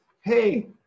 hey